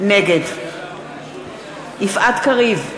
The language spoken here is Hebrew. נגד יפעת קריב,